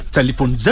Telephone